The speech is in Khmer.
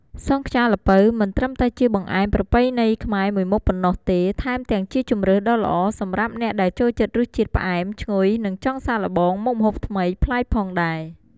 សង់ខ្យាល្ពៅមិនត្រឹមតែជាបង្អែមប្រពៃណីខ្មែរមួយមុខប៉ុណ្ណោះទេ ថែមទាំងជាជម្រើសដ៏ល្អសម្រាប់អ្នកដែលចូលចិត្តរសជាតិផ្អែមឈ្ងុយ និងចង់សាកល្បងមុខម្ហូបថ្មីប្លែកផងដែរ។